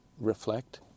reflect